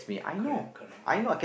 correct correct